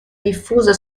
diffusa